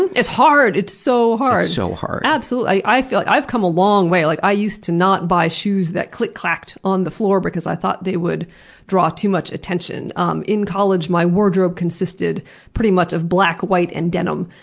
and it's hard! it's so hard. it's so hard. absolutely. i feel like i've come a long way. like i used to not buy shoes that click-clacked on the floor because i thought they would draw too much attention. um in college, my wardrobe consisted pretty much of black, white and denim.